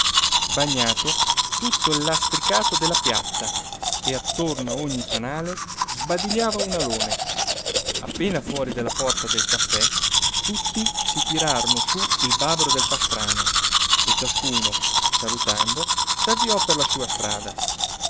bagnato tutto il lastricato della piazza e attorno a ogni fanale sbadigliava un alone appena fuori della porta del caffè tutti si tirarono su il bavero del pastrano e ciascuno salutando s'avviò per la sua strada